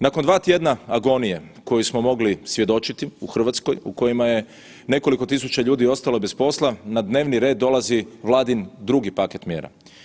Nakon dva tjedna agonije kojoj smo mogli svjedočiti u Hrvatskoj u kojima je nekoliko tisuća ljudi ostalo bez posla, na dnevni red dolazi Vladin drugi paket mjera.